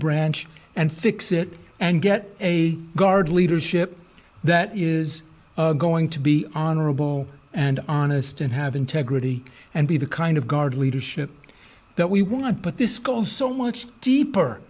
branch and fix it and get a guard leadership that is going to be honorable and honest and have integrity and be the kind of guard leadership that we want to put this cause so much deeper